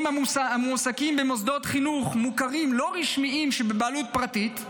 המועסקים במוסדות חינוך מוכרים לא רשמיים שבבעלות פרטית,